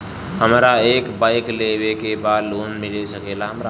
हमरा एक बाइक लेवे के बा लोन मिल सकेला हमरा?